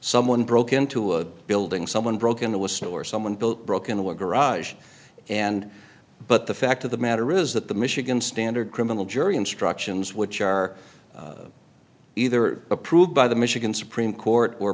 someone broke into a building someone broke into a snow or someone built broken to a garage and but the fact of the matter is that the michigan standard criminal jury instructions which are either approved by the michigan supreme court or